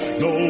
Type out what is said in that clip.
no